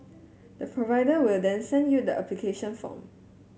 the provider will then send you the application form